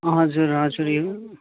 हजुर हजुर हेरौँ